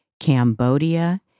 Cambodia